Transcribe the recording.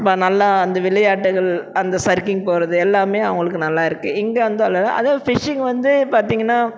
வ நல்லா அந்த விளையாட்டுகள் அந்த சர்க்கிங் போகிறது எல்லாமே அவங்களுக்கு நல்லா இருக்குது இங்கே வந்து அவ்வளோவா அதே ஃபிஷ்ஷிங் வந்து பார்த்தீங்கன்னா